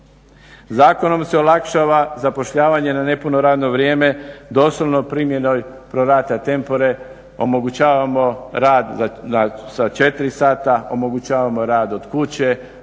Zakonom se olakšava zapošljavanje ne nepuno radno vrijeme, doslovno primjenom pro rata tempore, omogućavamo rad sa 4 sata, omogućavamo rad od kuće,